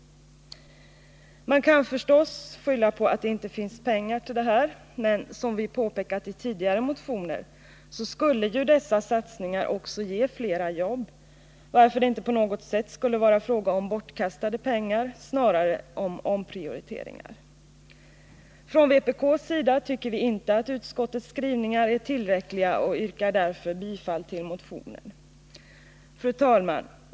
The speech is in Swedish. Man kan förstås skylla på att det inte finns pengar till detta, men såsom vi påpekat i tidigare motioner skulle dessa satsningar också ge flera jobb, varför det inte på något sätt skulle vara fråga om bortkastade pengar — snarare fråga om omprioriteringar. Från vpk:s sida tycker vi inte att utskottets skrivningar är tillräckliga och yrkar därför bifall till motionen. Fru talman!